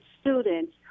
students